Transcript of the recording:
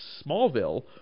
Smallville